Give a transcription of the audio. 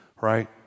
Right